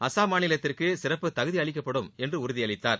அசாம் மாநிலத்திற்கு சிறப்பு தகுதி அளிக்கப்படும் என்று உறுதியளித்தார்